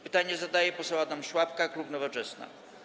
Pytanie zadaje poseł Adam Szłapka, klub Nowoczesna.